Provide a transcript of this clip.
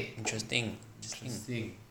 interesting interesting